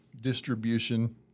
distribution